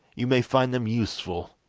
you may find them useful